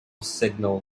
signal